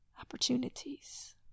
opportunities